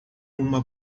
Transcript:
uma